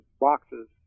boxes